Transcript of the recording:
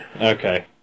Okay